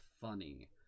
funny